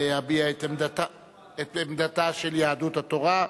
להביע את עמדתה של יהדות התורה,